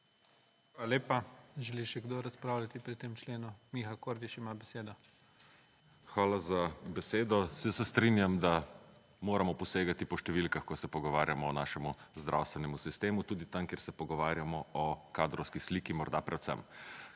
Hvala lepa. Želi še kdo razpravljati pri tem členu? (Da.) Miha Kordiš ima besedo. **MIHA KORDIŠ (PS Levica):** Hvala za besedo. Saj se strinjam, da moramo posegati po številkah, ko se pogovarjamo o našem zdravstvenem sistemu. Tudi tam, kjer se pogovarjamo o kadrovski sliki morda predvsem.